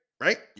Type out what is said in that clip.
Right